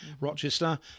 Rochester